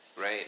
right